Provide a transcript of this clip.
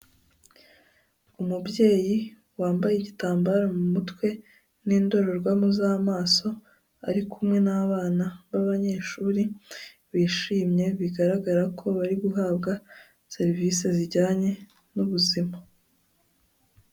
Umubyeyi wambaye igitambaro mu mutwe n'indorerwamo z'amaso ari kumwe n'abana b'abanyeshuri bishimye, bigaragara ko bari guhabwa serivisi zijyanye n'ubuzima.